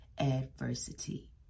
adversity